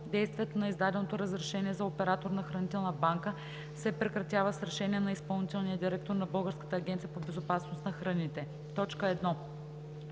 Действието на издадено разрешение за оператор на хранителна банка се прекратява с решение на изпълнителния директор на Българската агенция по безопасност на храните: 1.